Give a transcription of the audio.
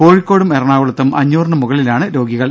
കോഴിക്കോടും എറണാകുളത്തും അഞ്ഞൂറിന് മുകളിലാണ് രോഗികൾ